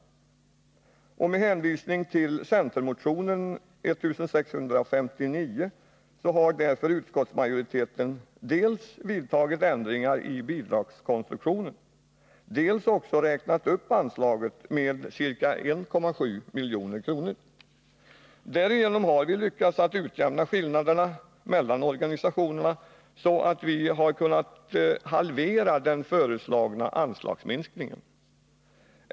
Med hänvisning till centermotionen 1659 har därför utskottsmajoriteten dels vidtagit ändringar i bidragskonstruktionen, dels också räknat upp anslaget med ca 1,7 milj.kr. Därigenom har vi lyckats att utjämna skillnaderna mellan organisationerna, så att vi har kunnat halvera den föreslagna anslagsminskningen.